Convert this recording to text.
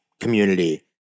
community